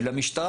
ולמשטרה,